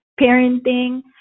parenting